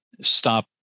stop